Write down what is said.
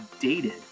dated